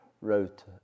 wrote